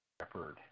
shepherd